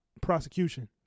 Prosecution